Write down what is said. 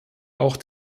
auch